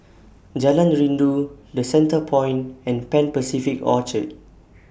Jalan Rindu The Centrepoint and Pan Pacific Orchard